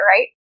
right